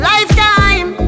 Lifetime